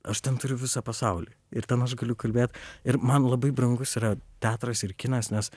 aš ten turiu visą pasaulį ir ten aš galiu kalbėt ir man labai brangus yra teatras ir kinas nes